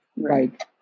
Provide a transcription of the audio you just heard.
Right